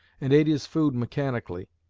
and ate his food mechanically.